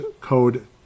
code